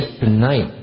tonight